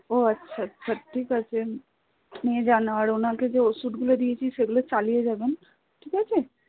ও আচ্ছা আচ্ছা ঠিক আছে নিয়ে যান আর ওঁকে যে ওষুধগুলো দিয়েছি সেগুলো চালিয়ে যাবেন ঠিক আছে